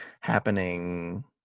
happening